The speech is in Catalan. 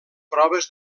proves